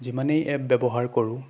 যিমানেই এপ ব্যৱহাৰ কৰোঁ